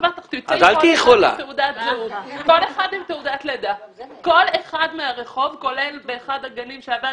כל אחד מהרחוב כולל באחד הגנים שעבדתי,